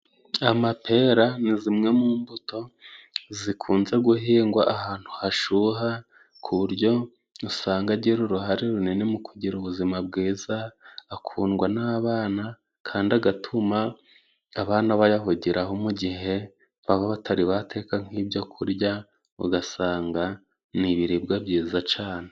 Amapera ni zimwe mu mbuto zikunze guhingwa ahantu hashuha ku buryo usanga agira uruhare runini mu kugira ubuzima bwiza akundwa n'abana kandi agatuma abana bayahugiraho mu gihe baba batari bateka nk'ibyo kurya ugasanga ni ibiribwa byiza cane.